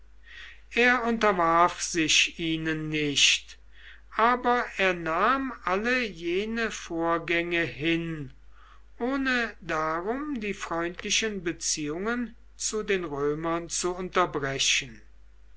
er unterwarf sich ihnen nicht aber er nahm alle jene vorgänge hin ohne darum die freundlichen beziehungen zu den römern zu unterbrechen